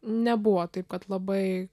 nebuvo taip kad labai